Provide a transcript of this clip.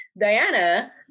Diana